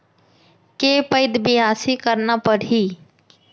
के पइत बियासी करना परहि?